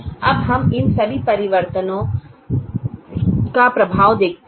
अब हम इन सभी परिवर्तनों का प्रभाव देखते हैं